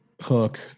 hook